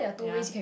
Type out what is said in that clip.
ya